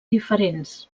diferents